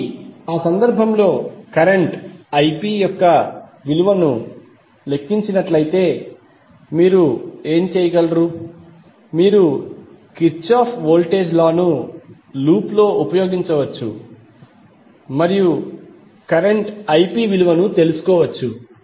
కాబట్టి ఆ సందర్భంలోకరెంట్ Ip యొక్క విలువను లెక్కించినట్లయితే మీరు ఏమి చేయగలరు మీరు కిర్చాఫ్ Kirchoff's వోల్టేజ్ లాను లూప్లో ఉపయోగించవచ్చు మరియు కరెంట్ Ip విలువను తెలుసుకోవచ్చు